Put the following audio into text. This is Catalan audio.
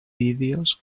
vídeos